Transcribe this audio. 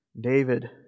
David